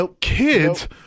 kids